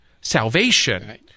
Salvation